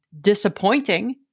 disappointing